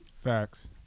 facts